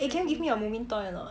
eh can you give me your toy or not